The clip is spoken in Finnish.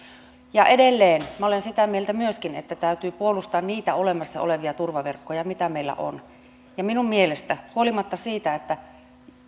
ja edelleen minä olen sitä mieltä myöskin että täytyy puolustaa niitä olemassa olevia turvaverkkoja mitä meillä on ja minun mielestäni huolimatta siitä että